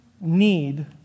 need